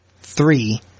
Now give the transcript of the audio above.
Three